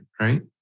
right